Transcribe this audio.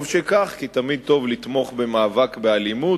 טוב שכך כי תמיד טוב לתמוך במאבק באלימות,